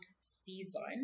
season